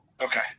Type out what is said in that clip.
Okay